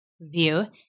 view